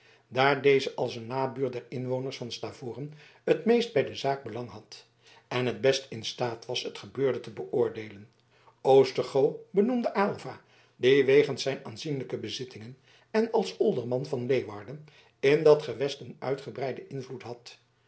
daar deze als een nabuur der inwoners van stavoren het meest bij de zaak belang had en het best in staat was het gebeurde te beoordeelen oostergoo benoemde aylva die wegens zijn aanzienlijke bezittingen en als olderman van leeuwarden in dat gewest een uitgebreiden invloed had